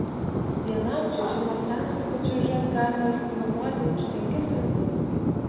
vienam čiuožimo seansui pačiūžas galima išsinuomoti už penkis litus